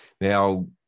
Now